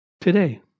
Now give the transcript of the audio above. today